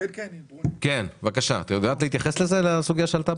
אפשר להתייחס לסוגיה?